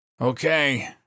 Okay